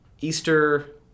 Easter